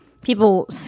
people